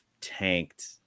tanked